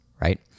right